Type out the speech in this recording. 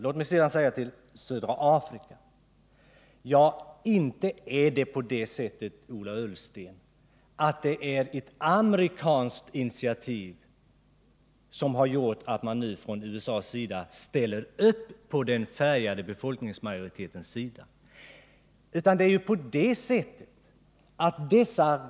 Låt mig sedan säga några ord beträffande södra Afrika. Inte är det, Ola Ullsten, ett amerikanskt initiativ som gjort att man nu från USA:s sida ställer upp på den färgade befolkningsmajoritetens sida.